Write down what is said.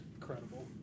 incredible